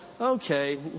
okay